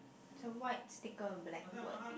it's a white sticker black word